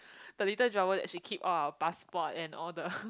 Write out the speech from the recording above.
the little drawer that she keep all our passport and all the